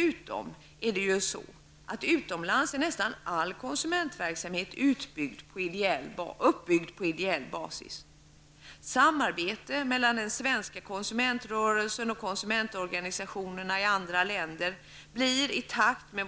Utomlands är dessutom nästan all konsumentverksamhet uppbyggd på ideell basis. Samarbete mellan den svenska konsumentrörelsen och konsumentorganisationerna i andra länder blir i takt med